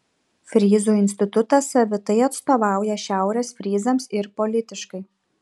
fryzų institutas savitai atstovauja šiaurės fryzams ir politiškai